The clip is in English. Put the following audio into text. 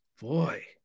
Boy